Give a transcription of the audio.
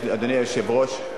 אדוני היושב-ראש,